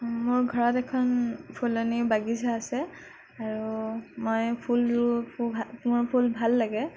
মোৰ ঘৰত এখন ফুলনি বাগিছা আছে আৰু মই ফুল ৰুওঁ মোৰ ফুল ভাল লাগে